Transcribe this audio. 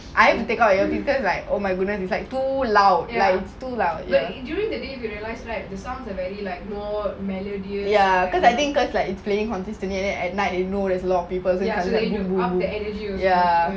I have to take out my earpiece so it's like my goodness it's like too loud like ya because it's fairly consistent at night up the energy ya